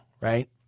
right